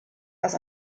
was